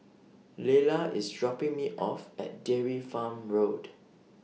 Layla IS dropping Me off At Dairy Farm Road